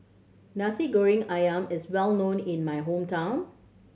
Nasi Goreng Ayam is well known in my hometown